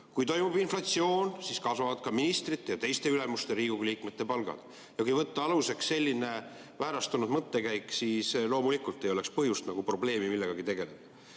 Kui toimub inflatsioon, siis kasvavad ka ministrite ja teiste ülemuste, Riigikogu liikmete palgad. Kui võtta aluseks selline väärastunud mõttekäik, siis loomulikult ei ole põhjust ja nagu probleemi millegagi tegeleda.